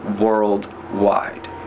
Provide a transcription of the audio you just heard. worldwide